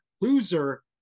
loser